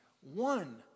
one